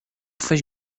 coś